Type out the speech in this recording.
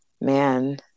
man